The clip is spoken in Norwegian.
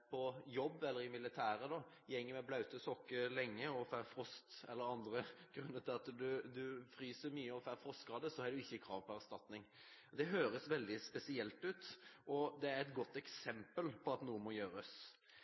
med våte sokker lenge eller av andre grunner fryser mye og får frostskader, ikke har krav på erstatning, høres det veldig spesielt ut – men det er et godt eksempel på at noe må gjøres.